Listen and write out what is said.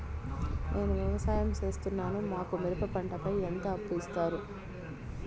నేను వ్యవసాయం సేస్తున్నాను, మాకు మిరప పంటపై ఎంత అప్పు ఇస్తారు